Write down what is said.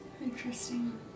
Interesting